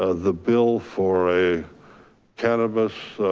ah the bill for a cannabis,